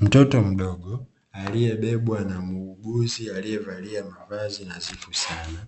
Mtoto mdogo aliyebebwa na muuguzi aliyevalia mavazi nadhifu sana,